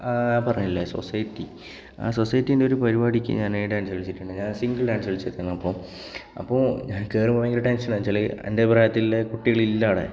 പറഞ്ഞില്ലേ സൊസൈറ്റി ആ സൊസൈറ്റിൻ്റെ ഒരു പരിപാടിക്ക് ഞാൻ ഡാൻസ് കളിച്ചിട്ടുണ്ട് ഞാൻ സിംഗിൾ ഡാൻസ് കളിച്ചിട്ടുണ്ട് അപ്പോൾ അപ്പം ഞാൻ കയറുമ്പോൾ ഭയങ്കര ടെൻഷൻ എന്നു വച്ചാൽ എൻ്റെ പ്രായത്തിലുള്ള കുട്ടികളില്ല അവിടെ